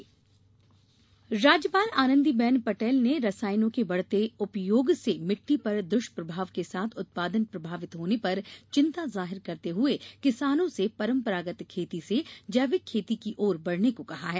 राज्यपाल राज्यपाल आनंदीबेन पटेल ने रासायनों के बढ़ते उपयोग से मिट्टी पर दुष्प्रभाव के साथ उत्पादन प्रभावित होने पर चिंता जाहिर करते हुए किसानों से परंपरागत खेती से जैविक खेती की ओर बढ़ने को कहा है